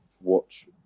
watch